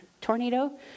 tornado